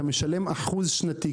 אתה משלם אחוז שנתי,